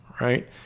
right